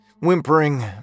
whimpering